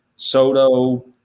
Soto